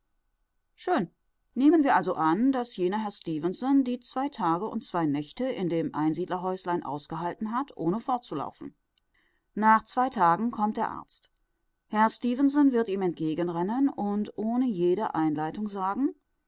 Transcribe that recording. schön nehmen wir also an daß jener herr stefenson die zwei tage und zwei nächte in dem einsiedlerhäuslein ausgehalten hat ohne fortzulaufen nach zwei tagen kommt der arzt herr stefenson wird ihm entgegenrennen und ohne jede einleitung sagen